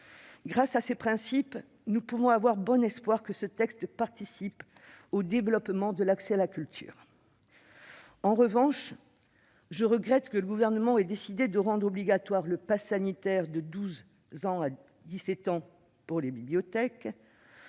Grâce à ces principes, nous pouvons avoir bon espoir que ce texte participe au développement de l'accès à la culture. En revanche, je regrette que le Gouvernement ait décidé de rendre obligatoire le passe sanitaire de 12 ans à 17 ans dans les bibliothèques,